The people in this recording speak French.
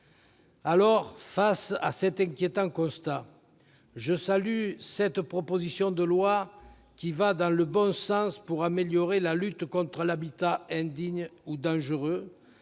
Au regard de cet inquiétant constat, je salue cette proposition de loi, qui va dans le bon sens pour améliorer la lutte contre l'habitat indigne ou dangereux.